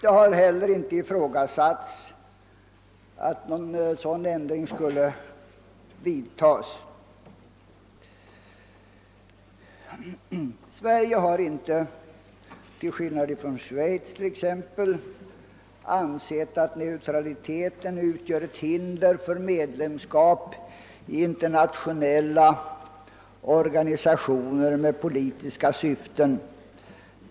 Det har heller inte ifrågasatts att någon sådan ändring skulle vidtas. Sverige har inte, till skillnad från exempelvis Schweiz, ansett att neutraliteten utgör ett hinder för medlemskap i internationella organisationer med politiska syften.